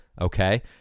Okay